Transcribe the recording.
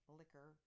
liquor